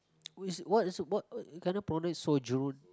wh~ wha~ what cannot pronounce sojourn